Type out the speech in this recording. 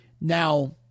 now